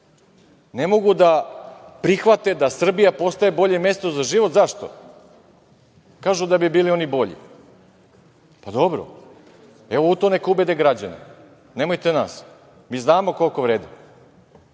Ne mogu da prihvate da Srbija postaje bolje mesto za život. Zašto? Kažu da bi bili oni bolji. Pa dobro, evo, u to neka ubede građane, nemojte nas. Mi znamo koliko vredimo.